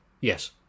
Yes